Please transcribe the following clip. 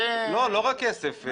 לא רק כסף.